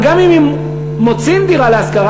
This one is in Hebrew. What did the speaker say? אבל גם אם הם מוצאים דירה להשכרה,